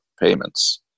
payments